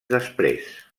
després